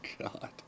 God